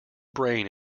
brain